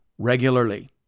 regularly